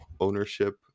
ownership